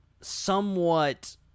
somewhat